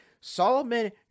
Solomon